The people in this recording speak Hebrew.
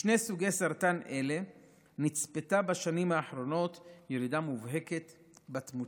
בשני סוגי סרטן אלה נצפתה בשנים האחרונות ירידה מובהקת בתמותה.